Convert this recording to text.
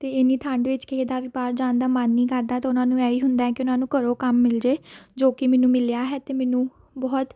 ਅਤੇ ਇੰਨੀ ਠੰਡ ਵਿੱਚ ਕਿਸੇ ਦਾ ਵੀ ਬਾਹਰ ਜਾਣ ਦਾ ਮਨ ਨਹੀਂ ਕਰਦਾ ਅਤੇ ਉਹਨਾਂ ਨੂੰ ਇਹ ਹੀ ਹੁੰਦਾ ਕਿ ਉਹਨਾਂ ਨੂੰ ਘਰੋਂ ਕੰਮ ਮਿਲ ਜਾਵੇ ਜੋ ਕਿ ਮੈਨੂੰ ਮਿਲਿਆ ਹੈ ਅਤੇ ਮੈਨੂੰ ਬਹੁਤ